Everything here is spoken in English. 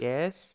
Yes